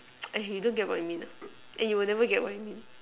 eh you don't get what I mean ah and you will never get what I mean